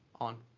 on